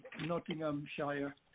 Nottinghamshire